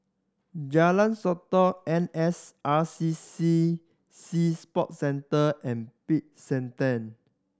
Jalan Sotong N S R C C Sea Sport Centre and Peck San Theng